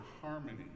harmony